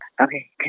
Okay